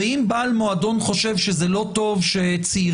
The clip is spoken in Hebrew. ואם בעל מועדון חושב שזה לא טוב שצעירים